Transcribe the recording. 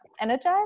energized